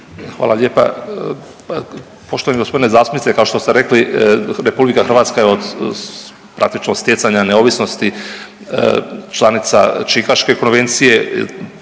Hvala lijepa. Poštovani gospodine zastupniče kao što ste rekli RH je praktično od praktično stjecanja neovisnosti članica Čikaške konvencije,